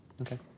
Okay